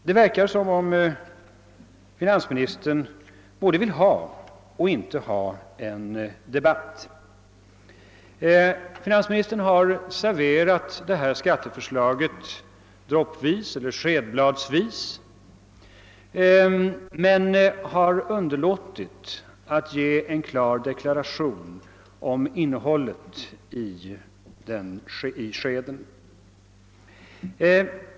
Det verkar som om finansministern både vill och inte vill ha en debatt. Finansministern har serverat detta skatteförslag droppvis eller skedbladsvis men har underlåtit att ge en klar deklaration av innehållet i skeden.